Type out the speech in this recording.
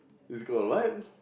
he's got a lion